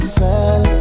fell